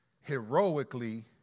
heroically